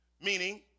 meaning